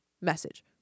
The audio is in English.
message